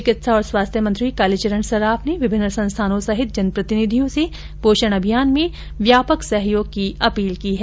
चिकित्सा और स्वास्थ्य मंत्री कालीचरण सराफ ने विभिन्न संस्थानों सहित जनप्रतिनिधियों से पोषण अभियान में व्यापक सहयोग की अपील की है